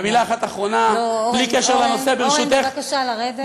ומילה אחת אחרונה, נו, אורן, אורן, בבקשה לרדת.